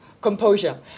Composure